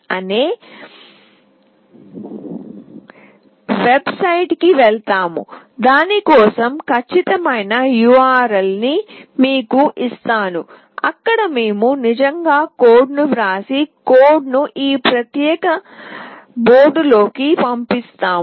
org అనే వెబ్సైట్కి వెళ్తాము దాని కోసం ఖచ్చితమైన URL ని మీకు ఇస్తాను అక్కడ మేము నిజంగా కోడ్ను వ్రాసి కోడ్ను ఈ ప్రత్యేక బోర్డులోకి పంపిస్తాము